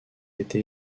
été